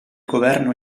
governo